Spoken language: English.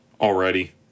already